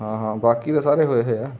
ਹਾਂ ਹਾਂ ਬਾਕੀ ਤਾਂ ਸਾਰੇ ਹੋਏ ਹੋਏ ਆ